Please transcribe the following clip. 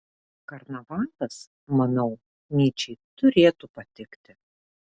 karnavalas manau nyčei turėtų patikti